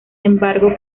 embargo